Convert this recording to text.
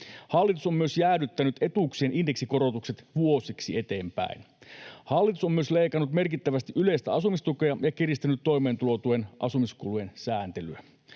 Hallitus on myös jäädyttänyt etuuksien indeksikorotukset vuosiksi eteenpäin. Hallitus on myös leikannut merkittävästi yleistä asumistukea ja kiristänyt toimeentulotuen asumiskulujen sääntelyä.